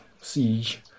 siege